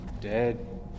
dead